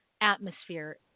atmosphere